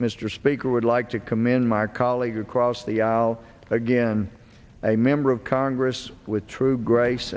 mr speaker would like to commend my colleagues across the aisle again a member of congress with true grace